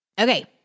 Okay